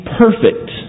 perfect